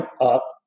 up